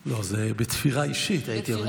לא, זה בתפירה אישית, הייתי אומר.